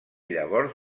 llavors